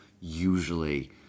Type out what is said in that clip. Usually